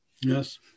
Yes